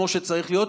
כמו שצריך להיות,